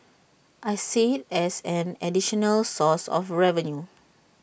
I see IT as an additional source of revenue